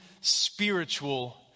spiritual